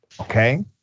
okay